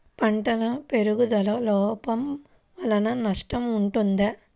పంటల పెరుగుదల లోపం వలన నష్టము ఉంటుందా?